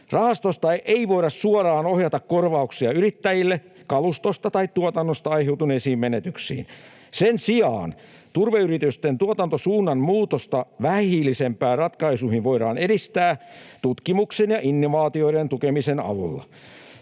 ”Rahastosta ei voida suoraan ohjata korvauksia yrittäjille kalustosta tai tuotannosta aiheutuneisiin menetyksiin. Sen sijaan turveyritysten tuotantosuunnan muutosta vähähiilisempiin ratkaisuihin voidaan edistää tutkimuksen ja innovaatioiden tukemisen avulla.”